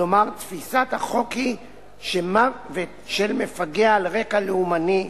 כלומר תפיסת החוק היא שמוות של מפגע על רקע לאומני,